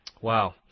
Wow